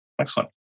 Excellent